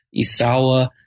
Isawa